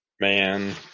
man